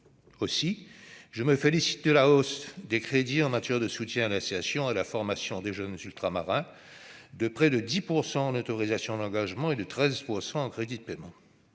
Aussi, je me félicite de la hausse des crédits en matière de soutien à l'insertion et à la formation des jeunes Ultramarins- elle est de près de 10 % en autorisations d'engagement et de 13 % en crédits de paiement.